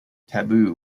taboo